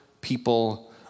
people